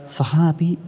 सः अपि